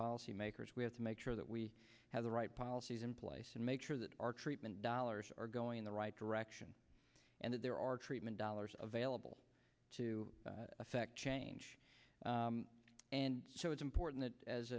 policy makers we have to make sure that we have the right policies in place and make sure that our treatment dollars are going in the right direction and that there are treatment dollars of vailable to change and so it's important that as